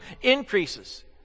increases